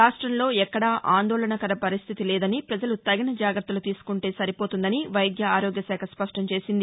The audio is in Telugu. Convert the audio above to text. రాష్టంలో ఎక్కడా ఆందోళనకర పరిస్లితి లేదని ప్రజలు తగిన జాగ్రత్తలు తీసుకుంటే సరిపోతుందని వైద్య ఆరోగ్యశాఖ స్పష్టంచేసింది